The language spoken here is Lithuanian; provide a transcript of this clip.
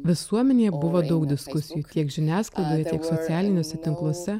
visuomenėje buvo daug diskusijų tiek žiniasklaidoje teik socialiniuose tinkluose